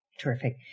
Terrific